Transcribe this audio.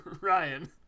Ryan